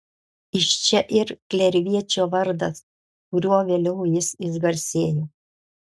iš čia ir klerviečio vardas kuriuo vėliau jis išgarsėjo